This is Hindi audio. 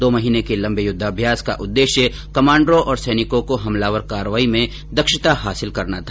दो महीने के लंबे युद्धाभ्यास का उद्देश्य कमांडरों और सैनिकों को हमलावर कार्रवाई में दक्षता हासिल करना था